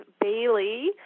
Bailey